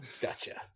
gotcha